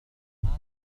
أندرو